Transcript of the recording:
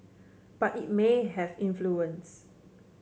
but it may have influence